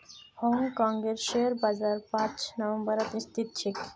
हांग कांगेर शेयर बाजार पांच नम्बरत स्थित छेक